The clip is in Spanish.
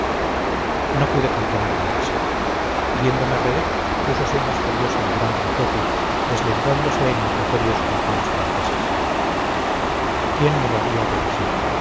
no pude contener la risa viéndome reír púsose más furioso el gran trijueque deslenguándose en improperios contra los franceses quién me lo había de decir